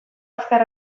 azkar